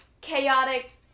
chaotic